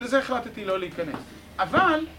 לזה החלטתי לא להיכנס. אבל...